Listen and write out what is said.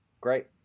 great